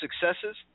successes